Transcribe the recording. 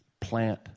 plant